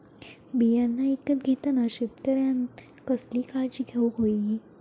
बियाणा ईकत घेताना शेतकऱ्यानं कसली काळजी घेऊक होई?